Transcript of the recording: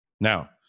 Now